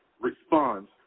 responds